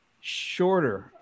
shorter